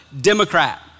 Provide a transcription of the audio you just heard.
Democrat